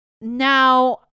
Now